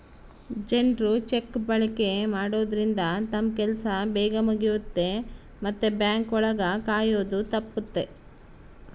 ಜನ್ರು ಚೆಕ್ ಬಳಕೆ ಮಾಡೋದ್ರಿಂದ ತಮ್ ಕೆಲ್ಸ ಬೇಗ್ ಮುಗಿಯುತ್ತೆ ಮತ್ತೆ ಬ್ಯಾಂಕ್ ಒಳಗ ಕಾಯೋದು ತಪ್ಪುತ್ತೆ